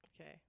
Okay